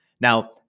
Now